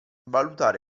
valutare